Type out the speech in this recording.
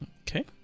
Okay